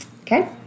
Okay